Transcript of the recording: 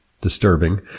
disturbing